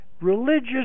religious